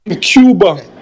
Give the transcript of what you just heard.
Cuba